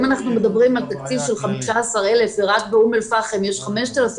אם אנחנו מדברים על תקציב של 15,000 ורק באום אל פאחם יש 5,000,